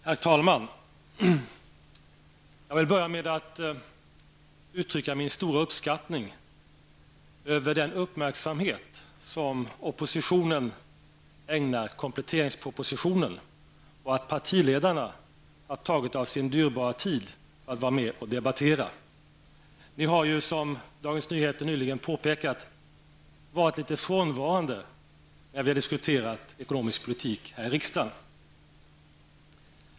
Herr talman! Jag vill börja med att uttrycka min stora uppskattning över den uppmärksamhet som oppositionen har ägnat åt kompletteringspropositionen och att partiledarna har tagit av sin dyrbara tid för att debattera den ekonomiska politiken. Ni har ju, som Dagens Nyheter påpekat, varit litet frånvarande när vi diskuterat den ekonomiska politiken här i riksdagen.